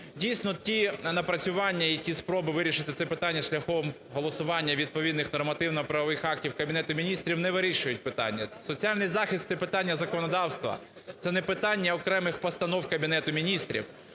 Дійсно, ті напрацювання, як і спроби вирішити ці питання шляхом голосування відповідних нормативно-правових актів Кабінету Міністрів, не вирішують питання. Соціальний захист – це питання законодавства, це не питання окремих постанов Кабінету Міністрів.